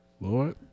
Lord